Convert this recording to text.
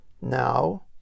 now